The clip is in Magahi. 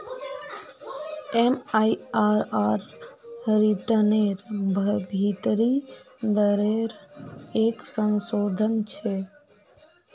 एम.आई.आर.आर रिटर्नेर भीतरी दरेर एक संशोधन छे